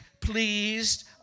pleased